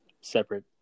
separate